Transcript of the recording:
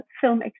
film